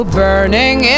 burning